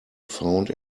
found